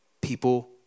people